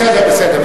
בסדר, בסדר.